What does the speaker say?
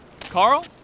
Carl